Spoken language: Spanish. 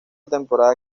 temporada